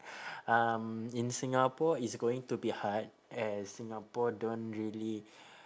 um in singapore it's going to be hard as singapore don't really